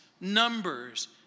Numbers